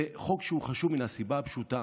זה חוק שהוא חשוב מן הסיבה הפשוטה: